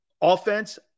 offense